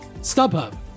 StubHub